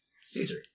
Caesar